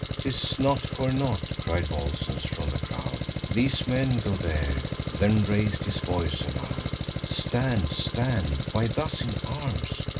t is not for naught, cried volscens from the crowd, these men go there then rais'd his voice aloud stand! stand! why thus in arms?